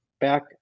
Back